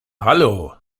hallo